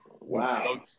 Wow